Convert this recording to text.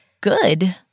good